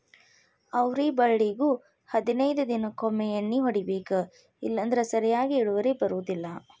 ಅವ್ರಿ ಬಳ್ಳಿಗು ಹದನೈದ ದಿನಕೊಮ್ಮೆ ಎಣ್ಣಿ ಹೊಡಿಬೇಕ ಇಲ್ಲಂದ್ರ ಸರಿಯಾಗಿ ಇಳುವರಿ ಬರುದಿಲ್ಲಾ